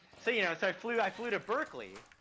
so, you know so i flew, i flew to berkeley,